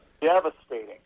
devastating